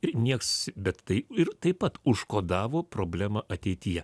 ir nieks bet tai ir taip pat užkodavo problemą ateityje